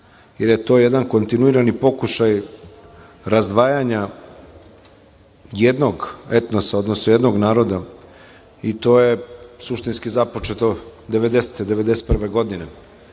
da je to jedan kontinuirani pokušaj razdvajanja jednog etnosa, odnosno jednog naroda. To je suštinski započeto 1990, 1991. godine,